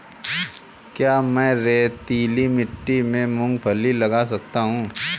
क्या मैं रेतीली मिट्टी में मूँगफली लगा सकता हूँ?